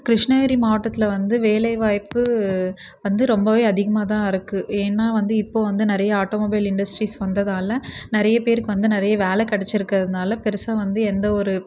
கிருஷ்ணகிரி மாவட்டத்தில் வந்து வேலைவாய்ப்பு வந்து ரொம்பவே அதிகமாகதான் இருக்கு ஏன்னா வந்து இப்போ வந்து நிறைய ஆட்டோமொபைல் இண்டஸ்ட்ரீஸ் வந்ததால் நிறைய பேருக்கு வந்து நிறைய வேலை கிடச்சிருக்குறதுனால பெருசாக வந்து எந்தவொரு